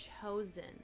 chosen